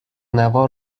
نوار